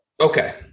okay